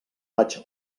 vaig